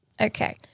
Okay